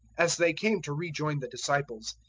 as they came to rejoin the disciples,